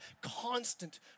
constant